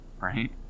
right